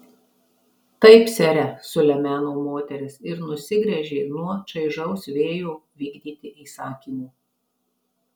taip sere sulemeno moteris ir nusigręžė nuo čaižaus vėjo vykdyti įsakymų